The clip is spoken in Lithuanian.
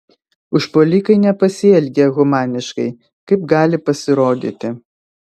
užpuolikai nepasielgė humaniškai kaip gali pasirodyti